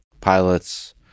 pilots